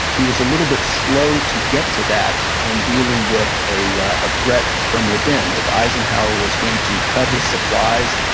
he was a little bit slow to get to that when dealing with a ah a threat from within. if eisenhower was going to cut his supplies,